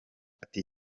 ati